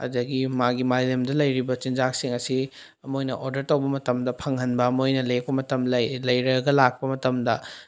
ꯑꯗꯒꯤ ꯃꯥꯒꯤ ꯃꯥꯂꯦꯝꯗ ꯂꯩꯔꯤꯕ ꯆꯤꯟꯖꯥꯛꯁꯤꯡ ꯑꯁꯤ ꯃꯣꯏꯅ ꯑꯣꯔꯗꯔ ꯇꯧꯕ ꯃꯇꯝꯗ ꯐꯪꯍꯟꯕ ꯃꯣꯏꯅ ꯂꯦꯛꯄ ꯃꯇꯝ ꯂꯩꯔꯒ ꯂꯥꯛꯄ ꯃꯇꯝꯗ